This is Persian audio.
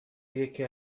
یکی